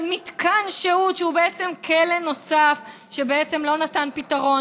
מתקן שהות שהוא בעצם כלא נוסף שלא נתן פתרון.